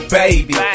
baby